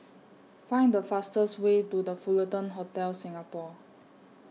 Find The fastest Way to The Fullerton Hotel Singapore